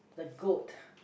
the goat